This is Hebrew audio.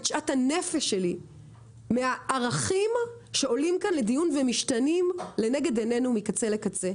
שאט הנפש שלי מהערכים שעולים כאן לדיון ומשתנים לנגד עינינו מקצה לקצה.